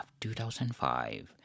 2005